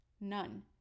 None